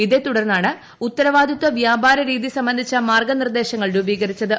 ഇതേതുടർന്നാണ് ഉത്തരവാദിത്വ വ്യാപാരരീതി സംബന്ധിച്ച മാർഗ്ഗനിർദ്ദേശുങ്ങൾ രൂപീകരിച്ചത്